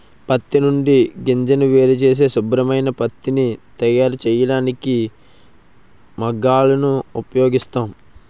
పత్తి నుండి గింజను వేరుచేసి శుభ్రమైన పత్తిని తయారుచేయడానికి మగ్గాలను ఉపయోగిస్తాం